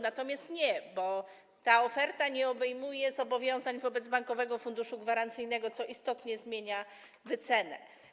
Natomiast nie jest tak, bo ta oferta nie obejmuje zobowiązań wobec Bankowego Funduszu Gwarancyjnego, co istotnie zmienia wycenę.